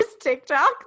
TikTok